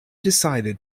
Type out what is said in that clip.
decided